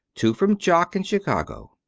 two from jock in chicago.